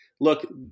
look